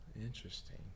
Interesting